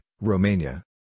Romania